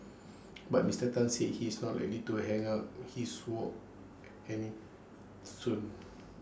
but Mister Tan said he is not A little to hang up his wok any soon